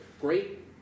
Great